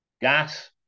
Gas